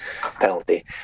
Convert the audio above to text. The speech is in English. penalty